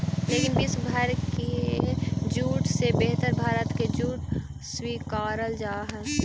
लेकिन विश्व भर के जूट से बेहतर भारत के जूट स्वीकारल जा हइ